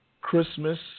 Christmas